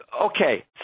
okay